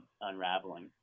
unraveling